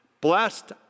Blessed